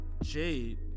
Jade